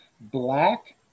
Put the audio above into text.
black